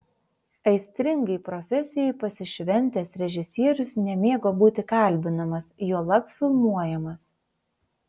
aistringai profesijai pasišventęs režisierius nemėgo būti kalbinamas juolab filmuojamas